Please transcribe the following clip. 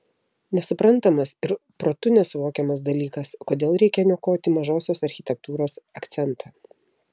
nesuprantamas ir protu nesuvokiamas dalykas kodėl reikia niokoti mažosios architektūros akcentą